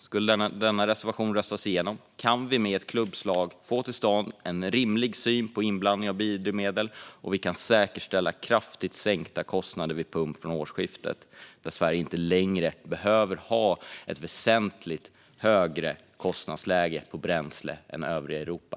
Skulle denna reservation röstas igenom kan vi med ett klubbslag få till stånd en rimlig syn på inblandning av biodrivmedel, och vi kan säkerställa kraftigt sänkta kostnader vid pump från årsskiftet så att Sverige inte längre behöver ha ett väsentligt högre kostnadsläge för bränsle än övriga Europa.